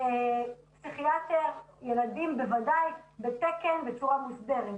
בוודאי פסיכיאטר ילדים בתקן, בצורה מסודרת.